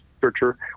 researcher